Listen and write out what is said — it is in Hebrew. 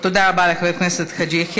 תודה רבה לחבר הכנסת חאג' יחיא.